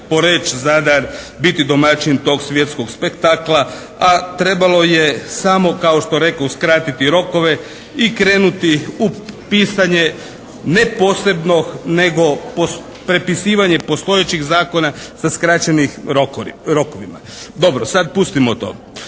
Poreč, Zadar biti domaćin tog svjetskog spektakla a trebalo je samo kao što rekoh uskratiti rokove i krenuti u pisanje ne posebnog nego prepisivanje postojećih zakona sa skraćenim rokovima. Dobro. Sad pustimo to.